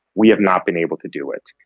we have not been able to do it.